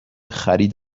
خرید